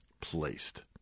placed